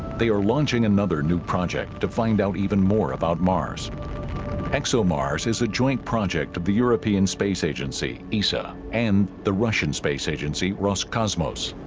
they are launching another new project to find out even more about mars exomars is a joint project of the european space agency isa and the russian space agency roscosmos